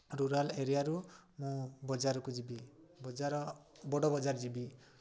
rural ଏରିଆରୁ ବଜାରକୁ ଯିବି ବଜାର ବଡ଼ ବଜାର ଯିବି